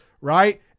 right